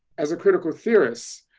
as a critical theorist,